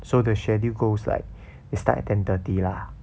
so the schedule goes like they start at ten thirty lah